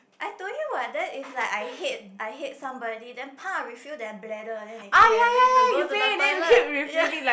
I told you what that is like I hate I hate somebody then pah refill their bladder then they keep having to go to the toilet ya